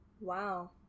Wow